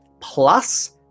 plus